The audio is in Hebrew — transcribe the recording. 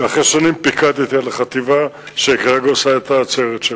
ואחרי שנים פיקדתי על החטיבה שכרגע עושה את העצרת שלה.